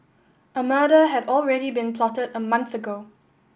a murder had already been plotted a month ago